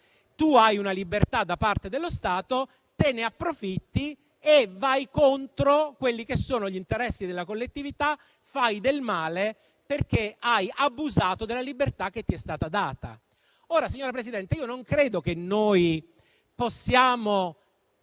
Tu hai una libertà da parte dello Stato, te ne approfitti e vai contro gli interessi della collettività, facendo del male, perché hai abusato della libertà che ti è stata data. Ora, signora Presidente, io non credo che noi possiamo